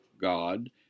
God